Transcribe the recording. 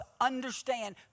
understand